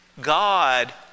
God